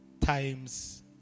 times